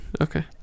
Okay